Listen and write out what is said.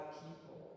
people